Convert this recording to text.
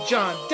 John